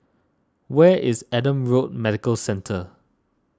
where is Adam Road Medical Centre